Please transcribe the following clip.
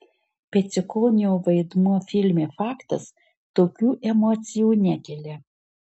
peciukonio vaidmuo filme faktas tokių emocijų nekelia